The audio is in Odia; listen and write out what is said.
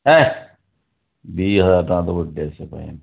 ହେ ଦୁଇ ହଜାର ଟଙ୍କା ଦେବ ଡ୍ରେସ୍ ପାଇଁ